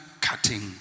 cutting